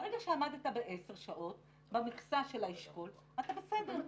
ברגע שעמדת ב-10 שעות במכסה של האשכול אתה בסדר.